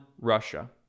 Russia